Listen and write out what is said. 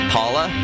Paula